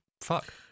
fuck